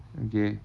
okay